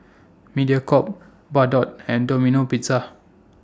Mediacorp Bardot and Domino Pizza